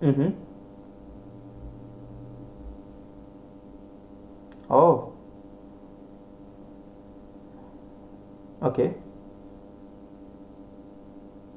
mmhmm oh okay